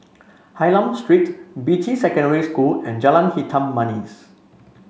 Hylam Street Beatty Secondary School and Jalan Hitam Manis